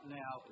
now